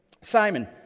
Simon